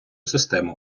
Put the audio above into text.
систему